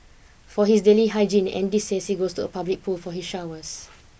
for his daily hygiene Andy says he goes to a public pool for his showers